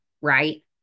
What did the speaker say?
Right